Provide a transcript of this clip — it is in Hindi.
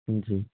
जी